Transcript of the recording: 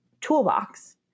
toolbox